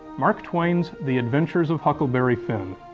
mark twain's the adventures of huckleberry finn.